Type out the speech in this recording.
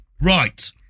Right